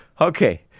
Okay